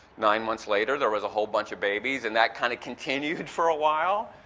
nine months later there was a whole bunch of babies and that kind of continued for a while.